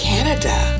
Canada